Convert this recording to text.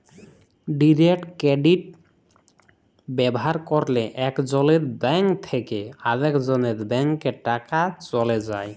direct credit ব্যাভার ক্যরলে একজলের ব্যাংক থ্যাকে আরেকজলের ব্যাংকে টাকা চ্যলে যায়